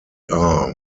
are